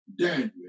Daniel